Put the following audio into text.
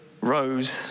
rose